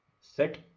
set